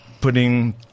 putting